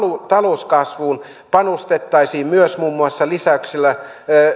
talouskasvuun panostettaisiin myös muun muassa lisäyksellä